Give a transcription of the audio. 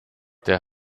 der